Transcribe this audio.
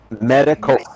Medical